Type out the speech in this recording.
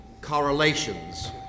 correlations